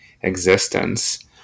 existence